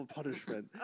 punishment